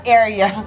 area